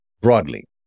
broadly